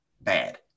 bad